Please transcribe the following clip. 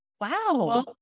Wow